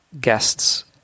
guests